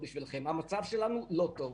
כי זה פשוט לא עובד.